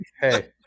hey